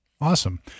Awesome